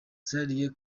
zihariye